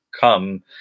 come